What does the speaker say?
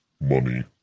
money